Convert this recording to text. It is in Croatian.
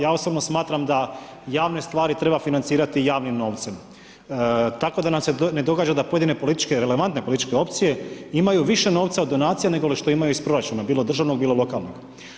Ja osobno smatram da javne stvari treba financirati javnim novcem, tako da nam se ne događa da pojedine političke, relevantne političke opcije, imaju više novca od donacija nego li što imaju iz proračuna, bilo državnog, ili lokalnog.